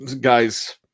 guys